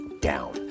down